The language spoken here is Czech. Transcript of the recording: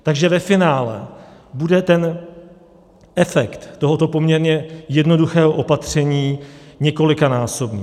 Takže ve finále bude efekt tohoto poměrně jednoduchého opatření několikanásobný.